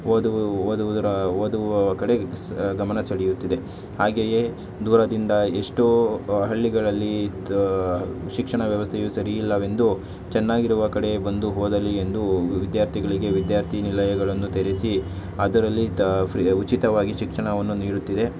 ಓದು ಓದುವುದರ ಓದುವ ಕಡೆಗೆ ಸ್ ಗಮನ ಸೆಳೆಯುತ್ತಿದೆ ಹಾಗೆಯೇ ದೂರದಿಂದ ಎಷ್ಟೋ ಹಳ್ಳಿಗಳಲ್ಲಿ ಶಿಕ್ಷಣ ವ್ಯವಸ್ಥೆಯು ಸರಿ ಇಲ್ಲವೆಂದು ಚೆನ್ನಾಗಿರುವ ಕಡೆ ಬಂದು ಹೋದಲ್ಲಿ ಎಂದೂ ವಿದ್ಯಾರ್ಥಿಗಳಿಗೆ ವಿದ್ಯಾರ್ಥಿ ನಿಲಯಗಳನ್ನು ತೆರೆಸಿ ಅದರಲ್ಲಿ ದ ಫ್ರೀ ಉಚಿತವಾಗಿ ಶಿಕ್ಷಣವನ್ನು ನೀಡುತ್ತಿದೆ